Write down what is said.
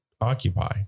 occupy